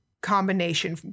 combination